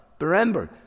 remember